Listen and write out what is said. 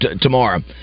tomorrow